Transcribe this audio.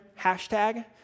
hashtag